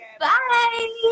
Bye